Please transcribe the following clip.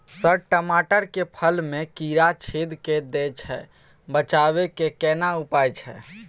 Sir टमाटर के फल में कीरा छेद के दैय छैय बचाबै के केना उपाय छैय?